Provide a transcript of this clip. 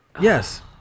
Yes